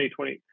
2020